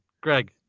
Greg